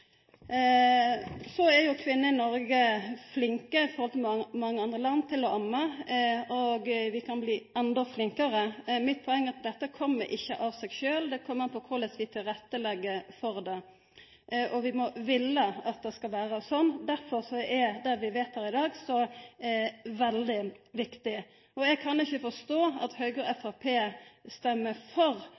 i mange andre land er kvinner i Noreg flinke til å amma, og vi kan bli enda flinkare. Poenget mitt er at dette kjem ikkje av seg sjølv, det kjem an på korleis vi legg til rette for det – vi må vilja at det skal vera slik. Derfor er det vi vedtar i dag, så veldig viktig. Eg kan ikkje forstå at Høgre og Framstegspartiet stemmer for